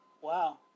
wow